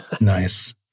Nice